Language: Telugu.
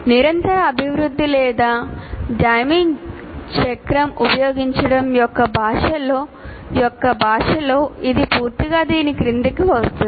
నిరంతర అభివృద్ధి లేదా డెమింగ్ చక్రం ఉపయోగించడం యొక్క భాషలో ఇది పూర్తిగా దాని క్రిందకు వస్తుంది